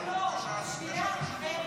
לא, שנייה.